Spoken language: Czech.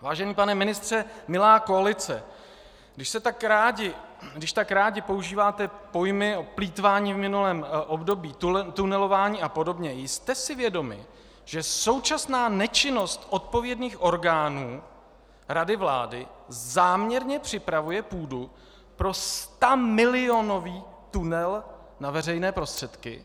Vážený pane ministře, milá koalice, když tak rádi používáte pojmy o plýtvání v minulém období, tunelování apod., jste si vědomi, že současná nečinnost odpovědných orgánů Rady vlády záměrně připravuje půdu pro stamilionový tunel na veřejné prostředky?